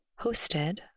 hosted